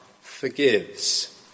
forgives